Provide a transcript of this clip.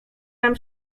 nam